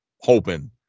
hoping